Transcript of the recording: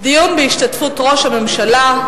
דיון בהשתתפות ראש הממשלה,